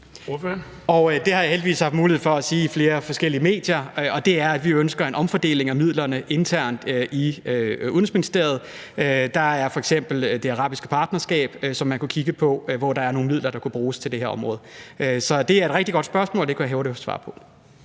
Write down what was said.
Det har jeg heldigvis haft mulighed for at sige i flere forskellige medier, og det er, at vi ønsker en omfordeling af midlerne internt i Udenrigsministeriet. Der er f.eks. det arabiske partnerskab, som man kunne kigge på, hvor der er nogle midler, der kunne bruges til det her område. Så det er et rigtig godt spørgsmål, og det kan jeg hurtigt svare på.